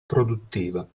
produttiva